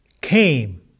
came